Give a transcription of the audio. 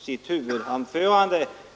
sitt huvudanförande.